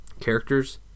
characters